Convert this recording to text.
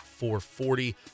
4.40